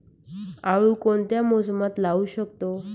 आळू कोणत्या मोसमात लावू शकतो?